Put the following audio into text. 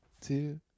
two